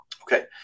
Okay